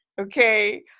okay